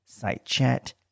sitechat